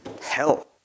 hell